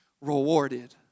rewarded